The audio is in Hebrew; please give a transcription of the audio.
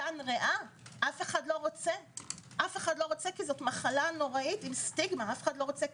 בסרטן ריאה כי זו מחלה נוראית עם סטיגמה.